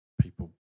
people